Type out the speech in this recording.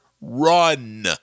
Run